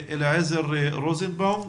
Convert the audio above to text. אליעזר רוזנבאום.